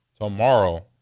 Tomorrow